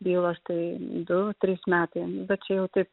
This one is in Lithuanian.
bylos tai du trys metai bet čia jau taip